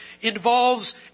involves